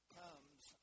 comes